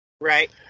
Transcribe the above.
Right